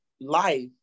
life